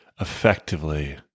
effectively